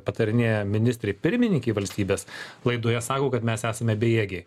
patarinėja ministrei pirmininkei valstybės laidoje sako kad mes esame bejėgiai